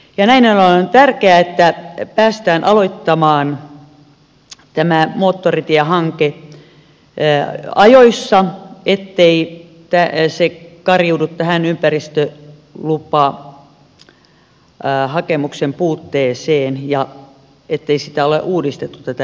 elena on tärkeää että päästään aloittamaan tämä moottoritiehanke ajoissa ettei se kariudu tähän ympäristöluvan puutteeseen siihen ettei tätä ympäristölupaa ole uusittu